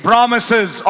Promises